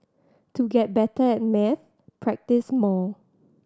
to get better at maths practise more